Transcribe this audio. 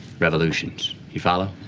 revolutions, you follow?